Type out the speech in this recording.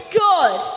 good